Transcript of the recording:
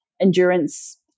endurance